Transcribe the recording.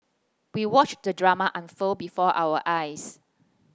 we watched the drama unfold before our eyes